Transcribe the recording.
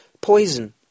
poison